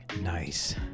Nice